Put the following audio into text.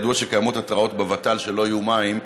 ידוע שקיימות התרעות בוות"ל שלא יהיו מים.